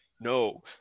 No